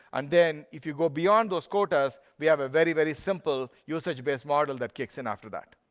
and then if you go beyond those quotas, we have a very, very simple usage based model that kicks in after that.